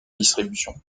distribution